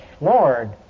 Lord